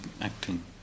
acting